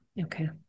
okay